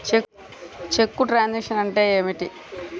చెక్కు truncation అంటే ఏమిటి?